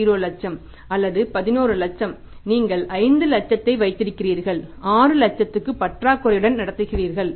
30 லட்சம் அல்லது 11 லட்சம் நீங்கள் 5 லட்சத்தை வைத்திருக்கிறீர்கள் 6 லட்சத்திற்கு பற்றாக்குறையுடன் நடத்துகிறீர்கள்